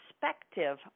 perspective